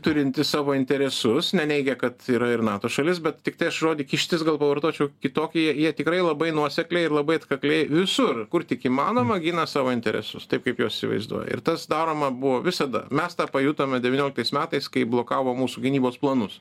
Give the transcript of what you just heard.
turinti savo interesus neneigia kad yra ir nato šalis bet tiktai žodį kištis gal pavartočiau kitokį jie jie tikrai labai nuosekliai ir labai atkakliai visur kur tik įmanoma gina savo interesus taip kaip juos įsivaizduoja ir tas daroma buvo visada mes tą pajutome devynioliktais metais kai blokavo mūsų gynybos planus